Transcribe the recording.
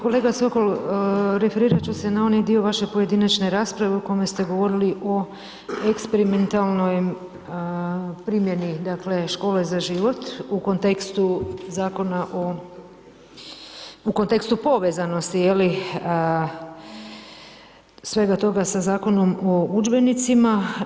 Kolega Sokol, referirat ću se na onaj dio vaše pojedinačne rasprave u kojoj ste govorili o eksperimentalnoj primjeni „Škole za život“ u kontekstu Zakona o, u kontekstu povezanosti svega toga sa Zakonom o udžbenicima.